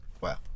Wow